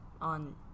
on